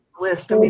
list